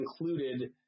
included